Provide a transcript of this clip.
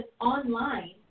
online